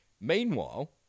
Meanwhile